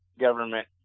government